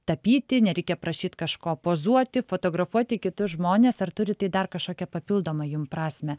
tapyti nereikia prašyt kažko pozuoti fotografuoti kitus žmones ar turi tai dar kažkokią papildomą jum prasmę